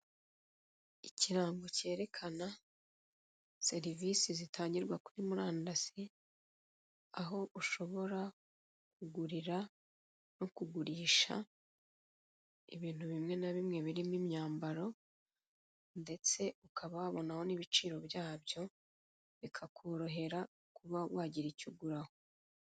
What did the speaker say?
Ikirango kerekana, serivisi zitangirwa kuri murandasi, aho ushobora kugurira no kugurisha, ibintu bimwe na bimwe birimo imyambaro, ndetse ukaba wabonaho n'ibiciro byabyo, bikakorohera kuba wagira icyo uguraho.